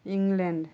England